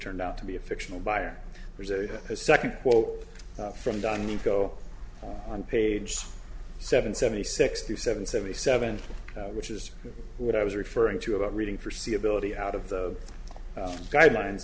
turned out to be a fictional buyer a second quote from don you go on page seven seventy sixty seven seventy seven which is what i was referring to about reading for see ability out of the guideline